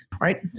right